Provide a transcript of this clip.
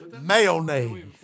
Mayonnaise